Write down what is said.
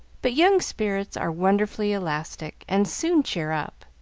but young spirits are wonderfully elastic and soon cheer up,